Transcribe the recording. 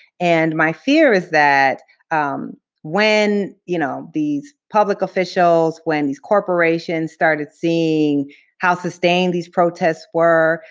and my fear is that when, you know, these public officials, when these corporations started seeing how sustained these protests were,